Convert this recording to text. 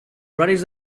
horaris